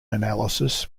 analysis